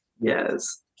Yes